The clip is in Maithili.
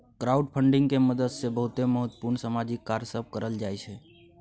क्राउडफंडिंग के मदद से बहुते महत्वपूर्ण सामाजिक कार्य सब करल जाइ छइ